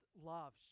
love